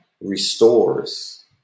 restores